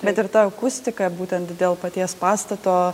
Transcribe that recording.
bet ir ta akustika būtent dėl paties pastato